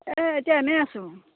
এই এতিয়া এনেই আছো